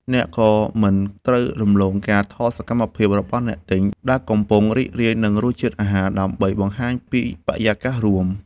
អ្នកក៏មិនត្រូវរំលងការថតសកម្មភាពរបស់អ្នកទិញ ដែលកំពុងរីករាយនឹងរសជាតិអាហារ ដើម្បីបង្ហាញពីបរិយាកាសរួម។